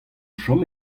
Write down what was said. chom